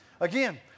Again